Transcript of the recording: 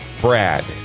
brad